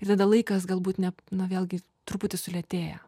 ir tada laikas galbūt ne na vėlgi truputį sulėtėja